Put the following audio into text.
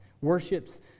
worships